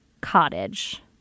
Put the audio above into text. cottage